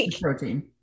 protein